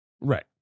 Right